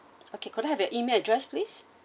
okay could I have your email address please